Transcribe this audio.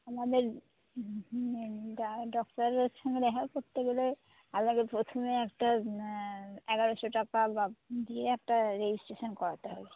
আমাদের ডক্টরের সঙ্গে দেখা করতে গেলে আপনাকে প্রথমে একটা এগারোশো টাকা বা দিয়ে একটা রেজিস্ট্রেশন করাতে হবে